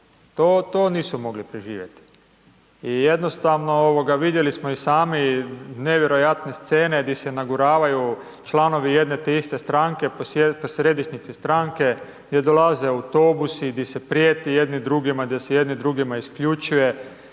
to nisu mogli preživjeti i jednostavno vidjeli smo i sami nevjerojatne scene di se naguravaju članovi jedne te istre stranke po središnjici stranke, gdje dolaze autobusi, di se prijeti jedni drugima, gdje se jedne drugima isključuje,